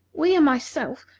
we are myself,